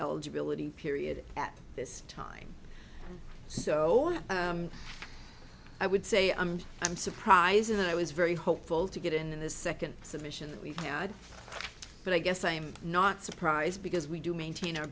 eligibility period at this time so i would say i'm i'm surprise in that i was very hopeful to get in the second submission that we've had but i guess i'm not surprised because we do maintain our